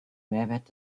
mehrwert